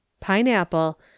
pineapple